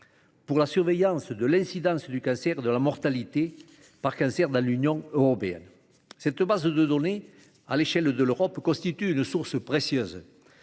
pour la surveillance de l'incidence du cancer et de la mortalité par cancer dans l'Union européenne. Cette base de données à l'échelle de l'Europe constitue une source précieuse,